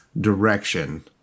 direction